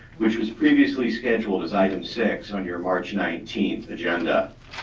which was previously scheduled as item six under march nineteenth agenda.